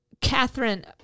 Catherine